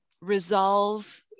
resolve